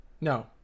No